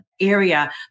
area